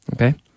okay